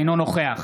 אינו נוכח